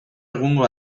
egungo